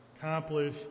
Accomplish